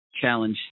challenge